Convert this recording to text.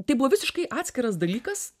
tai buvo visiškai atskiras dalykas